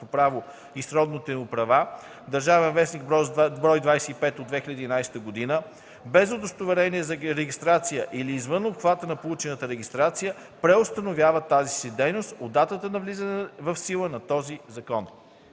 право и сродните му права (ДВ, бр. 25 от 2011 г.) без удостоверение за регистрация или извън обхвата на получената регистрация, преустановяват тази си дейност от датата на влизане в сила на този закон.”